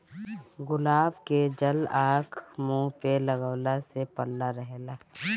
गुलाब के जल आँख, मुंह पे लगवला से पल्ला रहेला